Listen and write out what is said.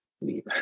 leave